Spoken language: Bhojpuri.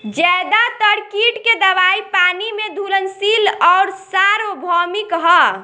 ज्यादातर कीट के दवाई पानी में घुलनशील आउर सार्वभौमिक ह?